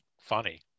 funny